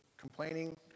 Complaining